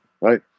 right